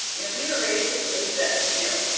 you know, we were raised to believe that, you know,